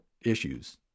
issues